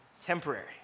Temporary